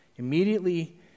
Immediately